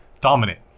Dominant